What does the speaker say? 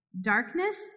darkness